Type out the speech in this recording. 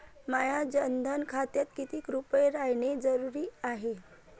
माह्या जनधन खात्यात कितीक रूपे रायने जरुरी हाय?